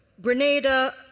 Grenada